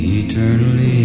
eternally